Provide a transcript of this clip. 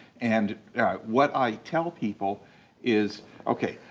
and what i tell people is, okay.